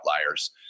outliers